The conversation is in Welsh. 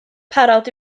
parod